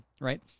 right